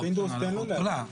צחי: אחות גדולה.